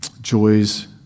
joys